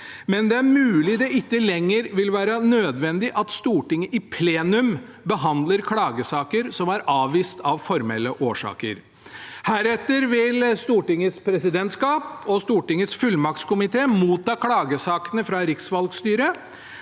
men det er mulig det ikke lenger vil være nødvendig at Stortinget i plenum behandler klagesaker som er avvist av formelle årsaker. Heretter vil Stortingets presidentskap og Stortingets fullmaktskomité motta klagesakene fra riksvalgstyret,